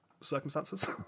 circumstances